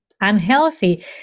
unhealthy